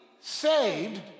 saved